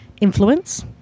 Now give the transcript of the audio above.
influence